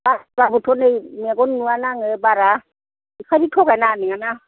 बासिबाबोथ' मेगन नुवाना आङो बारा बेफोरबादि थगायनो नाङा नङाना